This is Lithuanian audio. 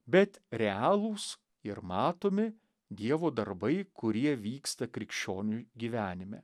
bet realūs ir matomi dievo darbai kurie vyksta krikščionių gyvenime